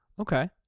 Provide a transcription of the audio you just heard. okay